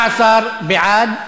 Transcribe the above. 13 בעד,